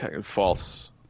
False